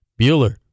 Bueller